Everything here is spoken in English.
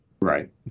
Right